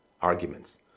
arguments